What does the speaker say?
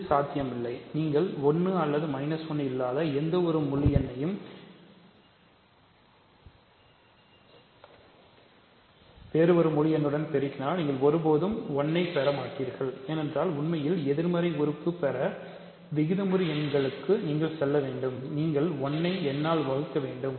இது சாத்தியமில்லை நீங்கள் 1 அல்லது 1 இல்லாத எந்த முழு எண்ணையும் வேறு ஒரு முழு நாள் முழு எண்ணால் பெருக்கினால் நீங்கள் ஒருபோதும் 1 ஐப் பெற மாட்டீர்கள் ஏனென்றால் உண்மையில் எதிர்மறை உறுப்பை பெற விகிதமுறு எண்களுக்கு நீங்கள் செல்ல வேண்டும் நீங்கள் 1 ஐ n ஆல் வகுக்க வேண்டும்